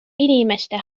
inimeste